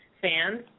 fans